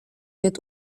wird